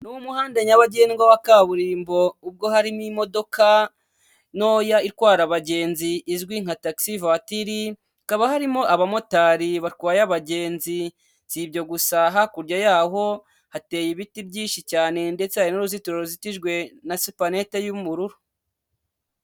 Ni umuhandade nyabagendwa wa kaburimbo ubwo harimo imodoka ntoya itwara abagenzi izwi nka tagisi vuwatiri, hakaba harimo abamotari batwaye abagenzi, si ibyo gusa hakurya y'aho hateye ibiti byinshi cyane ndetse hari n'uruzitiro rukitijwe na supanete y'ubururu.